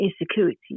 insecurity